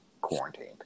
quarantined